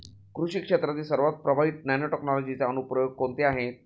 कृषी क्षेत्रातील सर्वात प्रभावी नॅनोटेक्नॉलॉजीचे अनुप्रयोग कोणते आहेत?